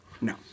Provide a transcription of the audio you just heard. No